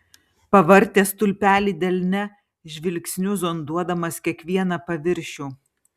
pavartė stulpelį delne žvilgsniu zonduodamas kiekvieną paviršių